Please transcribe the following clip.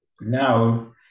Now